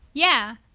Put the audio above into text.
yeah.